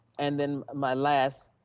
and then my last,